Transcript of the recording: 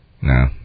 No